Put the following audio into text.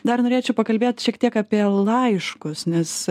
dar norėčiau pakalbėt šiek tiek apie laiškus nes